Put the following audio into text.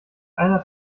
einer